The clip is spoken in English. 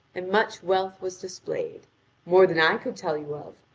and much wealth was displayed more than i could tell you of,